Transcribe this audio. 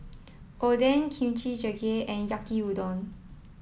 Oden Kimchi Jjigae and Yaki Udon